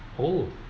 oh